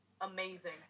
Amazing